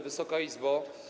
Wysoka Izbo!